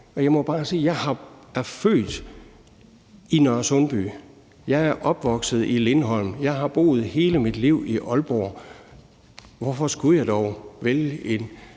jeg er født i Nørresundby og er opvokset i Lindholm, og jeg har boet hele mit liv i Aalborg. Hvorfor skulle jeg dog vælge en